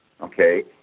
okay